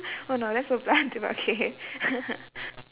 oh no that's so blunt but okay